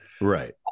Right